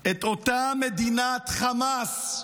את אותה מדינת חמאס,